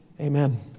amen